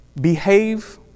behave